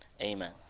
Amen